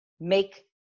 make